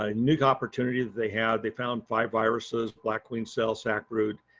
ah new opportunity that they had, they found five viruses, black queen cell, sacbrood,